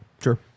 Sure